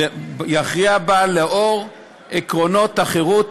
יכריע בה לאור עקרונות החירות,